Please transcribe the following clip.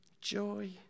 Joy